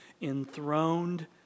enthroned